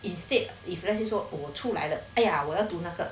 instead if let's say 说我出来了 !aiya! 我要读那个